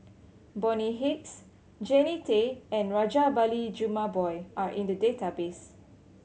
Bonny Hicks Jannie Tay and Rajabali Jumabhoy are in the database